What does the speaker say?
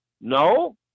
no